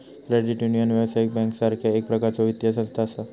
credit union, व्यावसायिक बँकेसारखा एक प्रकारचा वित्तीय संस्था असा